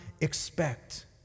expect